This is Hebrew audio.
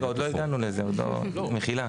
עוד לא הגענו לזה, במחילה.